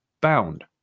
bound